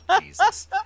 Jesus